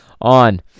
on